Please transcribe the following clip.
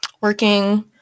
working